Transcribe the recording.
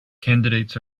candidates